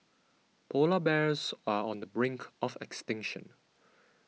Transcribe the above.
Polar Bears are on the brink of extinction